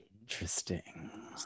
interesting